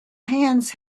hands